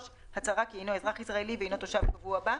הצהרה כי אינו אזרחי ישראלי ואינו תושב קבוע בה.".